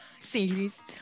Series